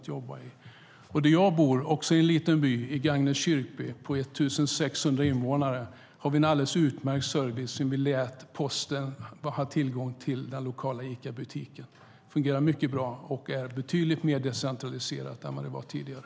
Jag bor också i en liten by, Gagnefs kyrkby, med 1 600 invånare. Där har vi en alldeles utmärkt service sedan vi lät posten få tillgång till den lokala Icabutiken. Det fungerar mycket bra och är betydligt mer decentraliserat än vad det var tidigare.